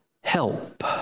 help